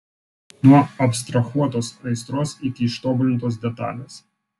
nuo abstrahuotos aistros iki ištobulintos detalės